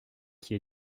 qui